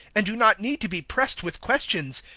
and do not need to be pressed with questions.